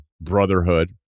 Brotherhood